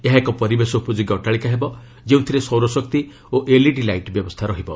ଏହା ଏକ ପରିବେଶ ଉପଯୋଗୀ ଅଟ୍ଟାଳିକା ହେବ ଯେଉଁଥିରେ ସୌରଶକ୍ତି ଓ ଏଲ୍ଇଡି ଲାଇଟ୍ ବ୍ୟବସ୍ଥା ରହିବ